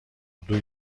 اردو